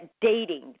dating